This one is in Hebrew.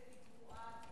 הכנסת גרועה,